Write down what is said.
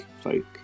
folk